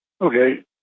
Okay